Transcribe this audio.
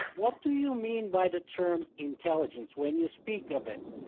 what do you mean by the term intelligence when you speak of it?